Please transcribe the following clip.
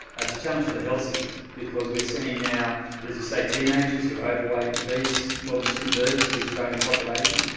it's a challenge for the health system because we are seeing now, now, as you say, teenagers who are overweight and obese, more than two-thirds of the australian population,